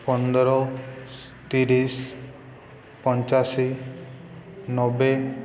ପନ୍ଦର ତିରିଶି ପଞ୍ଚାଅଶୀ ନବେ